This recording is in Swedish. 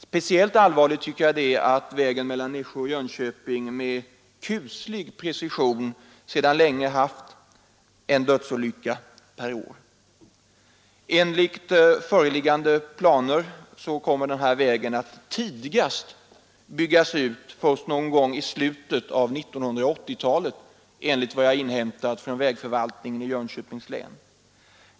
Speciellt allvarligt tycker jag det är att vägen mellan Nässjö och Jönköping med kuslig precision länge haft en dödsolycka per år. Enligt föreliggande planer kommer vägen att byggas ut tidigast någon gång i slutet av 1980-talet, enligt vad jag inhämtat från vägförvaltningen i Jönköpings län.